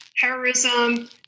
terrorism